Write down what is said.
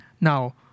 Now